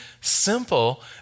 simple